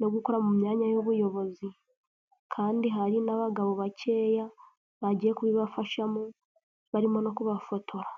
no gukora mu myanya y'Ubuyobozi. Kandi hari n'abagabo bakeya bagiye kubibafashamo, barimo no kubafotora.